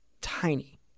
tiny